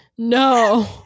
no